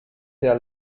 der